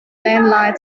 landline